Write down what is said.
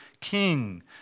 king